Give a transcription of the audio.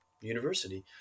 university